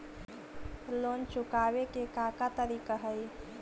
Loan चुकावे के का का तरीका हई?